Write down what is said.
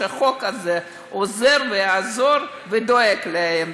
שהחוק הזה יעזור וידאג להם.